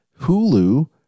Hulu